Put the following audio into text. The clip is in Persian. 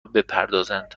بپردازند